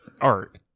Art